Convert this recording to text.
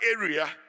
area